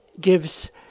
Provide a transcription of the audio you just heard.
gives